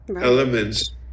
elements